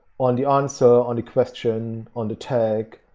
on the answer on the question, on the tag,